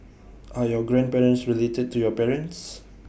are your grandparents related to your parents